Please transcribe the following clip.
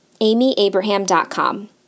amyabraham.com